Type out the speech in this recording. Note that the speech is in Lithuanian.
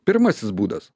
pirmasis būdas